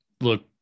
look